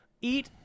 eat